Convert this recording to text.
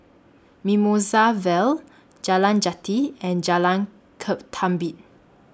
Mimosa Vale Jalan Jati and Jalan Ketumbit